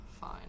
fine